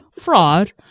fraud